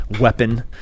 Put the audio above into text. weapon